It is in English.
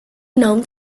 known